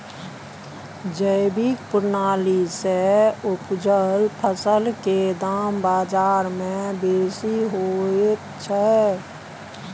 जैविक प्रणाली से उपजल फसल के दाम बाजार में बेसी होयत छै?